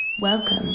Welcome